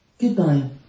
Goodbye